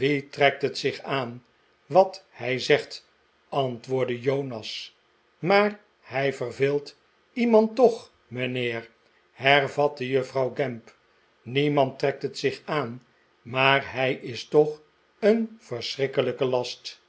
wie trekt het zich aan wat hij zegt antwoordde jonas maar hij verveelt iemand toch mijnheer hervatte juffrouw gamp niemand trekt het zich aan maar hij is toch een verschrikkelijke last